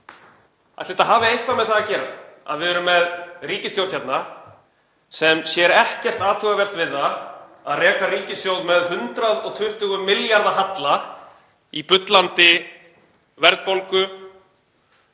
þetta hafi eitthvað með það að gera að við erum með ríkisstjórn hérna sem sér ekkert athugavert við það að reka ríkissjóð með 120 milljarða halla í bullandi verðbólgu